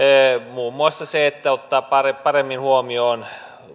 muun muassa se ottaa paremmin huomioon